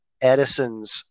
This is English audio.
Edison's